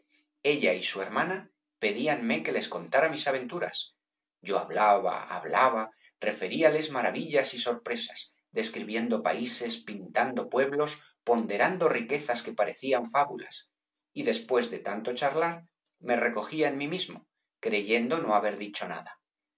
ella y su hermana pedíanme que les contara mis aventuras yo hablaba hablaba referíales maravillas y sorpresas describiendo países pintando pueblos ponderando riquezas que parecían fábulas y después de tanto charlar me recogía en mí mismo creyendo no haber dicho nada